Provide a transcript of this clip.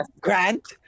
Grant